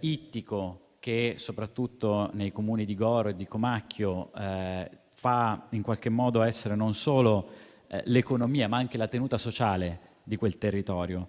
ittico che, soprattutto nei comuni di Goro e di Comacchio, determina non solo l'economia, ma anche la tenuta sociale di quel territorio.